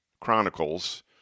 Chronicles